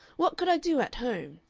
what could i do at home?